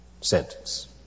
sentence